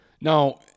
Now